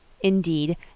indeed